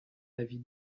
avis